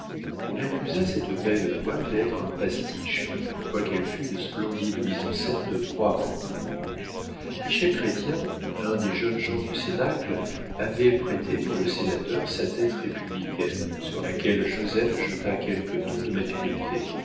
on accusa cette belle toile d'être un pastiche quoiqu'elle fût une splendide mise en scène de trois portraits michel chrestien un des jeunes gens du cénacle avait prêté pour le sénateur sa tête républicaine sur laquelle joseph jeta quelques tons de maturité